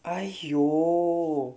!aiyo!